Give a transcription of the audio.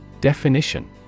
Definition